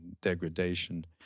degradation